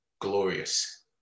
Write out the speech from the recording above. glorious